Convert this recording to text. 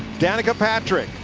danica patrick,